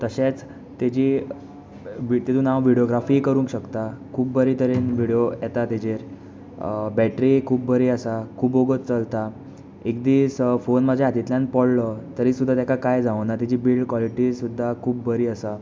तशेंच तेजी तातूंत हांव विडोयोग्राफि करूंक शकतां खूब बरे तरेन विडयो तात तेजेर बेटरी खूब बरी आसा खूब वगत चलता एक दीस फोन म्हाज्या हातितल्यान पडलो तरी सुद्दां ताका काय जावना ताजी विडियो कोलिटी सुद्दां बरी आसा